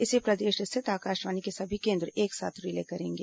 इसे प्रदेश स्थित आकाशवाणी के सभी केंद्र एक साथ रिले करेंगे